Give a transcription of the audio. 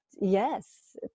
yes